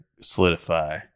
solidify